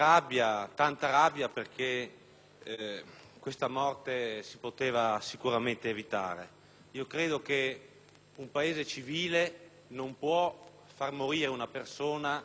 Un Paese civile non può far morire una persona di fame e di sete. Questo è inaccettabile!